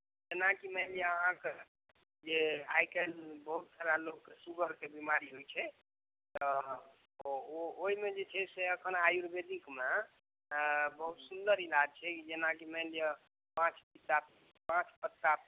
जेनाकि मानि लिअ अहाँके जे आइ काल्हि बहुत सारा लोककेँ शुगरके बीमारी होइ छै तऽ ओहिमे जे छै से एखन आयुर्वेदिकमे बहुत सुन्दर इलाज छै जेनाकि मानि लिअ पाँच से सात पाँच पत्ता पीस